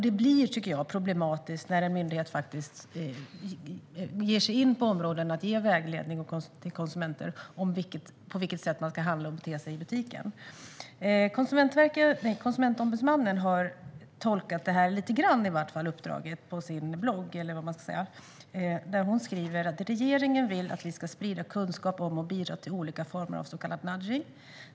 Det blir problematiskt när en myndighet ger sig in på områden för att ge vägledning till konsumenter om på vilket sätt de ska handla och bete sig i butiken. Konsumentombudsmannen har tolkat uppdraget lite grann på sin blogg. Hon skriver: "Regeringen vill att vi ska sprida kunskap om och bidra till olika former av så kallad nudging.